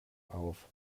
auf